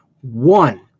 One